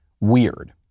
weird